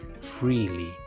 freely